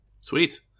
sweet